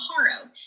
HARO